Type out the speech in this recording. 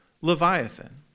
Leviathan